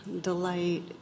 delight